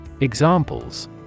Examples